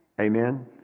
Amen